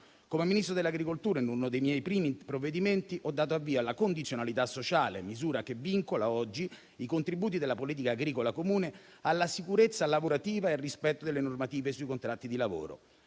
alimentare e delle foreste, in uno dei miei primi provvedimenti ho dato avvio alla condizionalità sociale, misura che vincola oggi i contributi della politica agricola comune (PAC) alla sicurezza lavorativa e al rispetto delle normative sui contratti di lavoro.